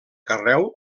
carreu